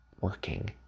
working